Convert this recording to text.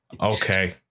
Okay